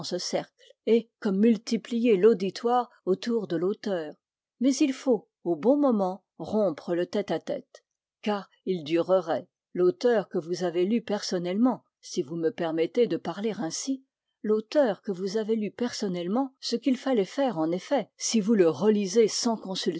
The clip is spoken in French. cercle et comme multiplier l'auditoire autour de l'auteur mais il faut au bon moment rompre le tête-à-tête car il durerait l'auteur que vous avez lu personnellement si vous me permettez de parler ainsi l'auteur que vous avez lu personnellement ce qu'il fallait faire en effet si vous le relisez sans